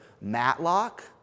Matlock